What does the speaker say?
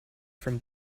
from